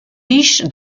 riche